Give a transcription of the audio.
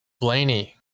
Blaney